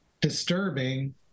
disturbing